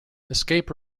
escape